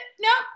Nope